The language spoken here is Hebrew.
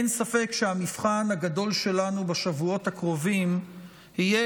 אין ספק שהמבחן הגדול שלנו בשבועות הקרובים יהיה